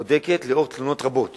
בודקים, לנוכח תלונות רבות